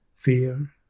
Fear